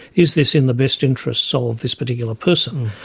is this in the best interests so of this particular person?